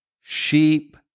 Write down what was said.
sheep